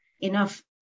enough